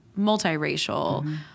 multiracial